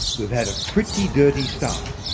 we've had a pretty dirty start.